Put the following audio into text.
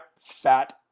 Fat